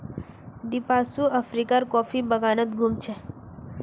दीपांशु अफ्रीकार कॉफी बागानत घूम छ